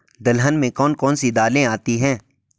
दलहन में कौन कौन सी दालें आती हैं?